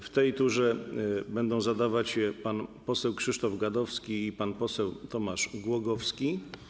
W tej turze pytania będą zadawać pan poseł Krzysztof Gadowski i pan poseł Tomasz Głogowski.